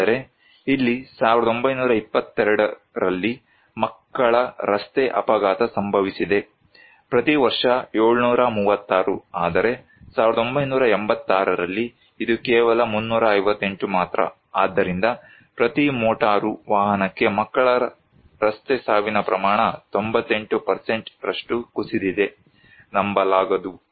ಆದರೆ ಇಲ್ಲಿ 1922 ರಲ್ಲಿ ಮಕ್ಕಳ ರಸ್ತೆ ಅಪಘಾತ ಸಂಭವಿಸಿದೆ ಪ್ರತಿ ವರ್ಷ 736 ಆದರೆ 1986 ರಲ್ಲಿ ಇದು ಕೇವಲ 358 ಮಾತ್ರ ಆದ್ದರಿಂದ ಪ್ರತಿ ಮೋಟಾರು ವಾಹನಕ್ಕೆ ಮಕ್ಕಳ ರಸ್ತೆ ಸಾವಿನ ಪ್ರಮಾಣ 98 ರಷ್ಟು ಕುಸಿದಿದೆ ನಂಬಲಾಗದು